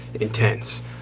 intense